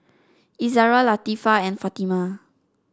Izzara Latifa and Fatimah